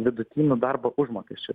vidutinių darbo užmokesčių